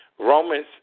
Romans